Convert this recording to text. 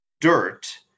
Dirt